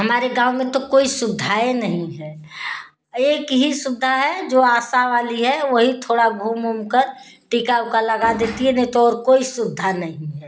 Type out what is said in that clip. हमारे गाँव में तो कोई सुविधाएँ नही है एक ही सुविधा है जो आशा वाली है वही थोड़ा घूम ऊमकर टीका ओका लगा देती है नहीं तो और कोई सुविधा नहीं है